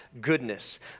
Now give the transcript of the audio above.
goodness